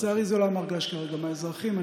לצערי, זה לא המרגש כרגע מהאזרחים.